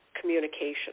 communication